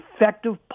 effective